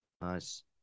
nice